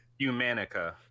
Humanica